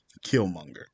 Killmonger